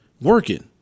working